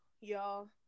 Y'all